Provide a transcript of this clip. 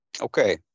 Okay